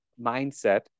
mindset